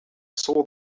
saw